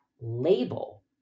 label